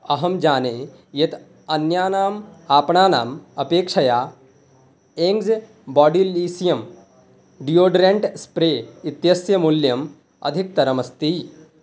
अहं जाने यत् अन्यानाम् आपणानाम् अपेक्षया एङ्ग्स् बाडिलीसियम् डियोड्रेण्ट् स्प्रे इत्यस्य मूल्यम् अधिकतरमस्ति